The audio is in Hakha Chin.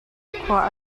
khua